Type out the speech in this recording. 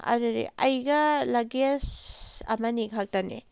ꯑꯗꯨꯗꯤ ꯑꯩꯒ ꯂꯒꯦꯖ ꯑꯃꯅꯤ ꯈꯛꯇꯅꯦ